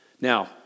Now